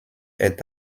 est